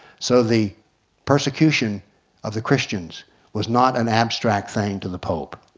so the persecution of the christians was not an abstract thing to the pope,